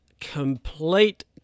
complete